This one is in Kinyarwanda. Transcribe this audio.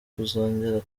kuzongera